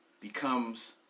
becomes